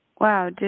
Wow